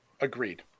agreed